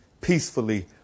peacefully